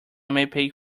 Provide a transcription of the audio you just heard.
mpeg